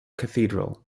cathedral